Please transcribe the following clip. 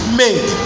made